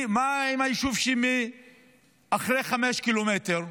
מה עם יישוב שהוא אחרי החמישה קילומטרים,